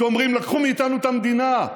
שאומרים: לקחו מאיתנו את המדינה,